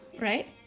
right